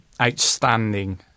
outstanding